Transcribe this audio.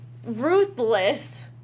ruthless